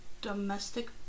domestic